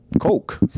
Coke